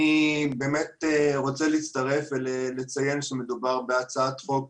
אני באמת רוצה להצטרף ולציין שמדובר בהצעת חוק